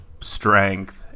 strength